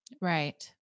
Right